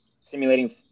simulating